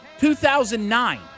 2009